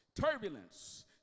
turbulence